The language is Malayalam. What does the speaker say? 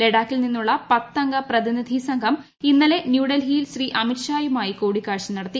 ലഡാക്കിൽ നിന്നുള്ള പത്തംഗ പ്രതിനിധി സംഘം ഇന്നലെ ന്യൂഡൽഹിയിൽ ശ്രീ അമിത് ഷായുമായി കൂടിക്കാഴ്ച നടത്തി